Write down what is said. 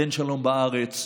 תן שלום בארץ,